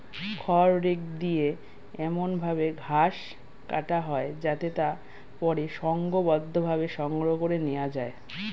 খড় রেক দিয়ে এমন ভাবে ঘাস কাটা হয় যাতে তা পরে সংঘবদ্ধভাবে সংগ্রহ করে নেওয়া যায়